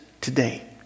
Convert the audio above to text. today